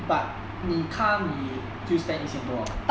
but 你 car 你就 spend 一千多 ah